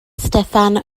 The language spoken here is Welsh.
steffan